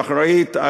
שאחראית,